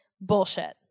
Bullshit